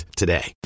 today